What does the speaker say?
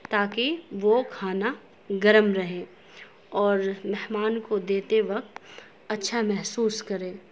تاکہ وہ کھانا گرم رہے اور مہمان کو دیتے وقت اچھا محسوس کرے